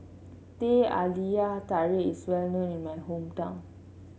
Teh Halia Tarik is well known in my hometown